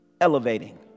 elevating